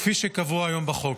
כפי שקבוע היום בחוק.